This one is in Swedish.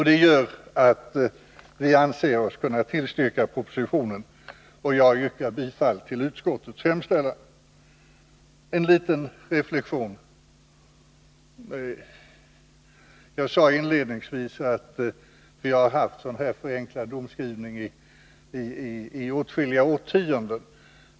Det gör att vi anser oss kunna tillstyrka propositionen, och jag yrkar bifall till utskottets hemställan. Enliten reflexion: Jag sade inledningsvis att vi har haft sådan här förenklad domskrivning i åtskilliga årtionden.